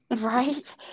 right